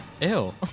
Ew